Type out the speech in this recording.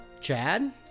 Chad